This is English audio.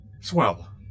Swell